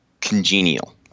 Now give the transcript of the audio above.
congenial